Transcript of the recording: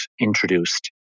introduced